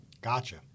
Gotcha